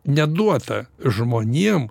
neduota žmonėm